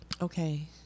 okay